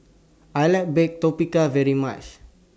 I like Baked Tapioca very much